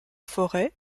forêt